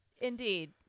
Indeed